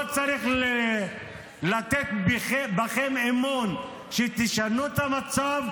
לא צריך לתת בכם אמון שתשנו את המצב.